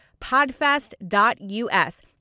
podfest.us